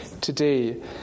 today